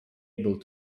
able